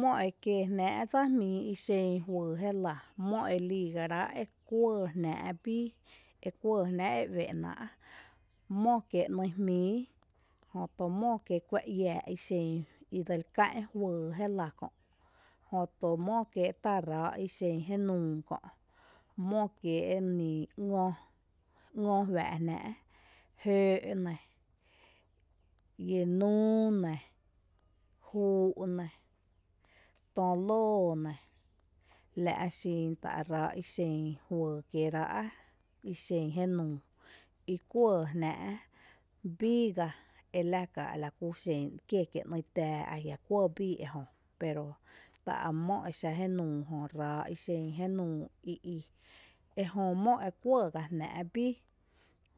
Mó ekie jnⱥⱥ' dsa jmíi ixen juyy jelⱥ, mó eliigará' e kuɇɇ jnáa' bíí ekuɇɇ jná' e uɇ'náa', mó kiee' 'nïï' jmíí jötu mó kiee' kuⱥ iⱥⱥ' i dseli ká'n ixen juyy jéla kö', jötu mó kmiee' tá' raa' i xen jenuu kö', mó kiee' ni 'ngö, 'ngö juⱥ' jnⱥⱥⱥ', jǿǿ' nɇ, i núu nɇ, juu' nɇ, tö lóó nɇ, la' xin tá' ráá' ixen juyy kieerá' ixen jnuu i kuɇɇ jnáá' bíí gá ela ka' lakúxen kié kiee' 'nÿÿ' tⱥⱥ ajia' kuɇ bii ejö, pero ta' mó exa junuu tá' ráa' i xen jénuu ii, ejö mó e kuɇɇ gá jná' bíí,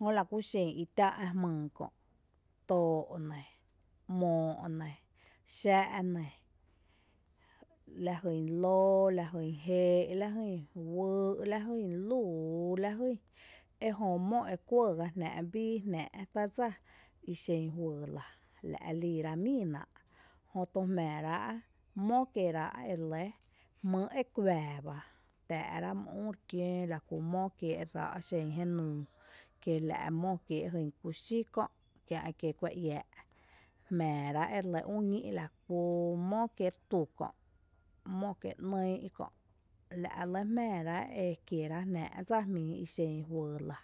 jö lakuxen itⱥ' ⱥ' jmyy kö': too' nɇ, 'moo' nɇ, xá' nɇ, lajyn lǿǿ, lajyn jéé', laajyn uyy'lajyn lúuú lajyn, ejö mó ekuɇⱥ gá jná' bíí jná' tá' dsa i xen juyy lⱥ, la' li ira' mii naa' jötu jmⱥⱥ ráa' mó kieeráa' ere lé jmýy' ekuⱥⱥ bá, tⱥ'rá' mý üü re kiǿǿ laku mó kiee' ráa' ixen jenuu, kiela' mó kie' kuxí kö' kiä' ekiee' kuⱥ iⱥⱥ' jmⱥⱥrá' ere lɇ üñí' lakú xen mó kiée' tu kö', mó kiee' 'nÿÿ' kö' la' re lɇ jmⱥⱥrá' jná' dsa jmíi ixen juyy lⱥ.